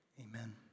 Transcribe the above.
Amen